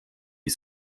die